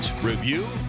review